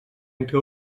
entre